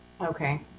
Okay